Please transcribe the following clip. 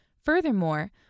Furthermore